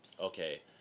Okay